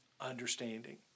understanding